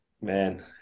Man